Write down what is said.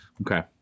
Okay